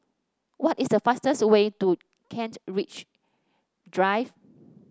what is the fastest way to Kent Ridge Drive